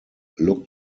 look